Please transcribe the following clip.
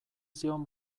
zion